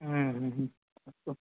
अस्तु